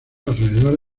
alrededor